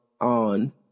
on